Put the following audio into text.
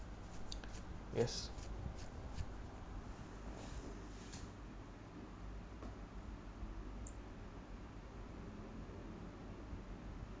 yes